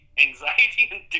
anxiety